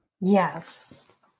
yes